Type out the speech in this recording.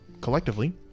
collectively